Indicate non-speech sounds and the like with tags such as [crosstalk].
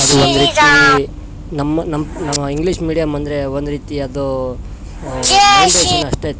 ಶ್ರೀ ರಾಮ್ ನಮ್ಮ [unintelligible] ನಮ್ಮ ನಮ್ಮ ಇಂಗ್ಲಿಷ್ ಮೀಡಿಯಮ್ ಅಂದರೆ ಒಂದು ರೀತಿ ಅದು [unintelligible] ಜೈ ಶ್ರೀ ಅಷ್ಟೇ